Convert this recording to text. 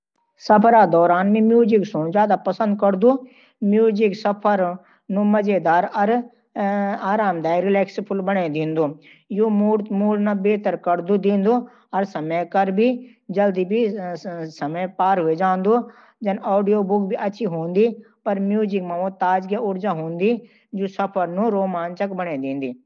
सफर के दौरान, मैं म्यूज़िक सुनना ज्यादा पसंद करूंगा। म्यूज़िक सफर नू और मजेदार अर रिलैक्सिंग बना देत है। यो मूड नू बेहतर कर देत है अर सफर का समय भी जल्दी पार हो जात है। ऑडियोबुक भी अच्छी होय, पर म्यूज़िक मं वो ताजगी अर ऊर्जा होलू, जो सफर नू और रोमांचक बना देत है।